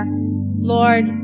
Lord